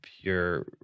pure